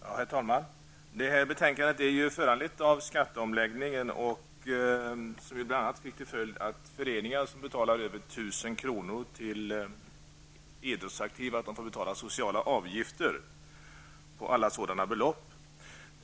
Herr talman! Det här betänkandet är föranlett av skatteomläggningen, som ju bl.a. fick till följd att föreningar som betalar över 1 000 kr. till idrottsaktiva får betala sociala avgifter på alla sådana belopp.